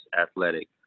athletic